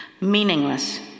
Meaningless